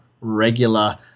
regular